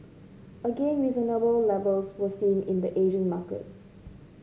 again reasonable levels were seen in the Asian markets